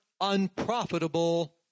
unprofitable